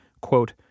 quote